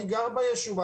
אני גר ביישוב.